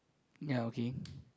ya okay